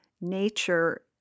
nature